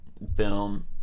boom